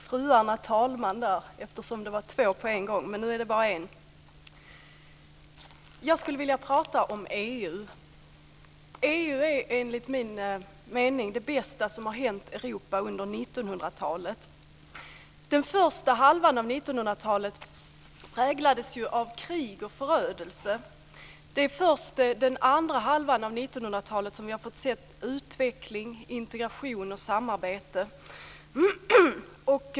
Fru talman! Jag skulle vilja prata om EU. EU är enligt min mening det bästa som har hänt Europa under 1900-talet. Den första halvan av 1900-talet präglades av krig och förödelse. Det är först den andra halvan av 1900-talet som vi har fått se utveckling, integration och samarbete.